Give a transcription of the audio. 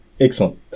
excellent